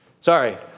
Sorry